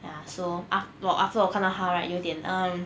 ya so ah 我 after 我看到他 right 有点 um